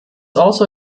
also